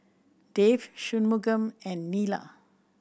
Dev Shunmugam and Neila